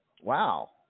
Wow